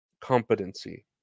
competency